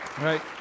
right